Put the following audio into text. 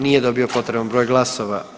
Nije dobio potreban broj glasova.